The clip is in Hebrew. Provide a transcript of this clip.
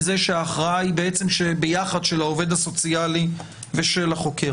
זה שההכרעה היא ביחד של העובד הסוציאלי ושל החוקר.